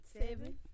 Seven